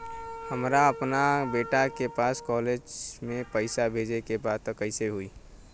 हमरा अपना बेटा के पास कॉलेज में पइसा बेजे के बा त कइसे होई?